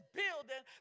building